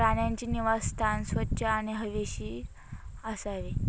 प्राण्यांचे निवासस्थान स्वच्छ आणि हवेशीर असावे